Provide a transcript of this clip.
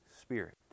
Spirit